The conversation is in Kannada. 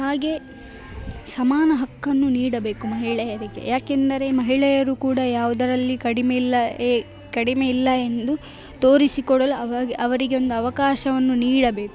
ಹಾಗೇ ಸಮಾನ ಹಕ್ಕನ್ನು ನೀಡಬೇಕು ಮಹಿಳೆಯರಿಗೆ ಯಾಕೆಂದರೆ ಮಹಿಳೆಯರು ಕೂಡ ಯಾವುದರಲ್ಲಿ ಕಡಿಮೆ ಇಲ್ಲ ಎ ಕಡಿಮೆಯಿಲ್ಲ ಎಂದು ತೋರಿಸಿ ಕೊಡಲು ಅವಗೆ ಅವರಿಗೆ ಒಂದು ಅವಕಾಶವನ್ನು ನೀಡಬೇಕು